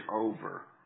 over